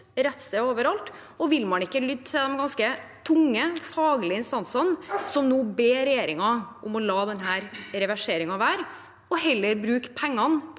bestå overalt? Og vil man ikke lytte til de ganske tunge faglige instansene som nå ber regjeringen om å la denne reverseringen være, og heller bruke pengene på